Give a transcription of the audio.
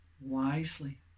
wisely